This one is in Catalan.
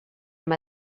amb